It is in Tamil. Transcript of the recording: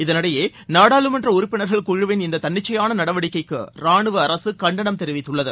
இதனிடையே நாடாளுமன்ற உறுப்பினா்கள் குழுவின் இந்த தன்னிச்சையாள நடவடிக்கைக்கு ராணுவ அரசு கண்டனம் தெரிவித்துள்ளது